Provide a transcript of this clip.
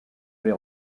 les